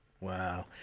wow